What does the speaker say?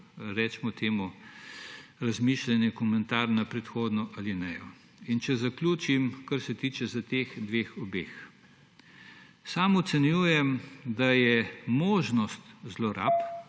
imel razmišljanje, komentar na predhodno alinejo. Če zaključim, kar se tiče obeh. Sam ocenjujem, da je možnost zlorab,